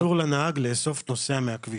אני יודע שלנהג אסור לאסוף נוסע מהכביש.